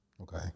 Okay